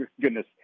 goodness